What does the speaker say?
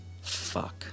Fuck